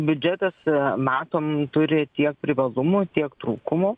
biudžetas matom turi tiek privalumų tiek trūkumų